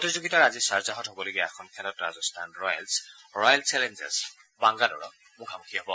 প্ৰতিযোগিতাৰ আজি শ্বাৰজাহত হ'বলগীয়া এখন খেলত ৰাজস্থান ৰয়েলছ ৰয়েল চেলেঞ্জাৰ্ছ বাংগালোৰৰ মুখামুখী হ'ব